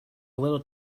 little